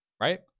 Right